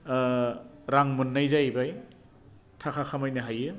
रां मोननाय जाहैबाय थाखा खामायनो हायो